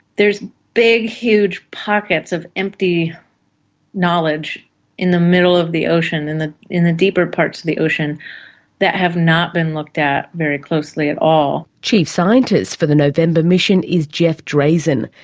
there's big huge pockets of empty knowledge in the middle of the ocean and in the deeper parts of the ocean that have not been looked at very closely at all. chief scientist for the november mission is jeff drazen,